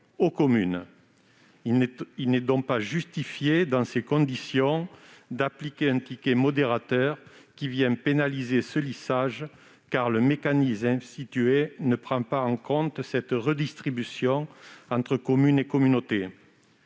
aux communes. Il n'est donc pas justifié d'appliquer un ticket modérateur qui pénaliserait un tel lissage, car le mécanisme institué ne prend pas en compte cette redistribution entre communes et communauté.